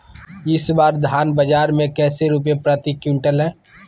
इस बार धान बाजार मे कैसे रुपए प्रति क्विंटल है?